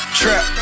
trap